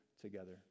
together